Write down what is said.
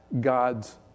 God's